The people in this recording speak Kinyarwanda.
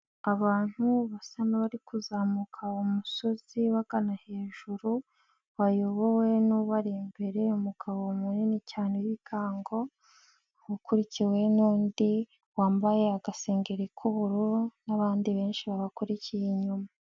Abantu basa n'abari kuzamuka umusozi bagana hejuru, bayobowe n'uwari imbere umugabo munini cyane w'bigango, ukurikiwe n'undi wambaye agasengeri k'ubururu n'abandi benshi babakurikiye inyuma.